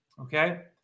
okay